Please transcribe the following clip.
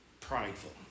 prideful